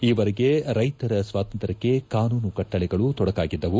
ಈವರೆಗೆ ರೈತರ ಸ್ವಾತಂತ್ರ್ಯಕ್ಷೆ ಕಾನೂನು ಕಟ್ಟಳೆಗಳು ತೊಡಕಾಗಿದ್ದವು